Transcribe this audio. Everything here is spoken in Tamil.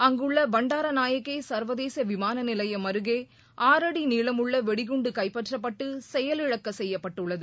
அங்குள்ள பண்டாரநாயகே சர்வதேச விமான நிலையம் அருகே ஆறடி நீளமுள்ள வெடிகுண்டு கைப்பற்றப்பட்டு செயலிழக்க செய்ய்ப்பட்டுள்ளது